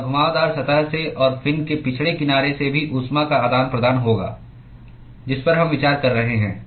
और घुमावदार सतह से और फिन के पिछड़े किनारे से भी ऊष्मा का आदान प्रदान होगा जिस पर हम विचार कर रहे हैं